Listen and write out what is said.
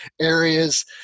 areas